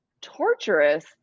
torturous